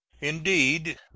indeed